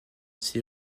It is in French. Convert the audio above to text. six